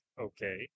okay